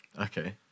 Okay